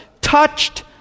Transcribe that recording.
touched